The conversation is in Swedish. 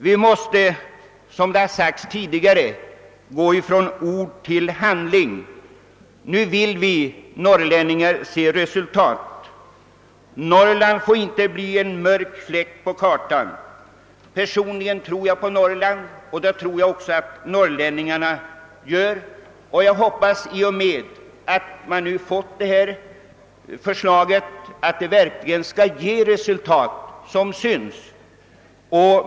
Vi måste, som det har sagts tidigare, gå från ord till handling. Nu vill vi norrlänningar se resultat. Det får inte bli någon mörk bild för Norrland i fråga om lokaliseringen. Personligen tror jag på Norrland, och det gör väl också alla andra norrlänningar. Jag hoppas därför att det förslag vi nu har fått verkligen skall ge resultat som syns.